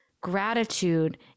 gratitude